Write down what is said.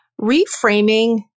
reframing